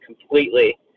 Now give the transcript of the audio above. completely